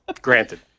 granted